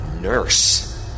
nurse